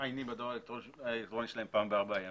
שמעיינים בדואר האלקטרוני שלהם פעם בארבעה ימים.